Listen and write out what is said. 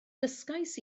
dysgais